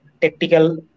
tactical